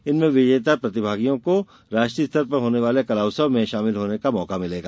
इनमें विजेता प्रतिभागियों को राष्ट्रीय स्तर पर होने वाले कला उत्सव में शामिल होने का अवसर मिलेगा